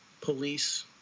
police